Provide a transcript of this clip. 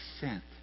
sent